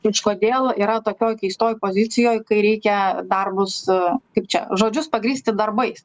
kažkodėl yra tokioj keistoj pozicijoj kai reikia darbus kaip čia žodžius pagrįsti darbais